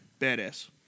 Badass